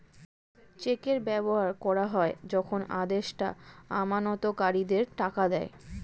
চেকের ব্যবহার করা হয় যখন আদেষ্টা আমানতকারীদের টাকা দেয়